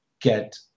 get